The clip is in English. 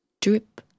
drip